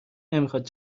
نمیخواد